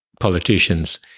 politicians